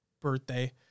birthday